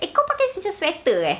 eh kau pakai macam sweater leh